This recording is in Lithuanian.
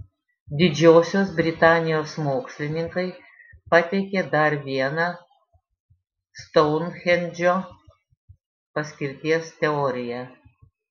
didžiosios britanijos mokslininkai pateikė dar vieną stounhendžo paskirties teoriją